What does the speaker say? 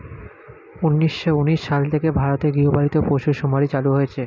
উন্নিশো উনিশ সাল থেকে ভারতে গৃহপালিত পশু শুমারি চালু হয়েছে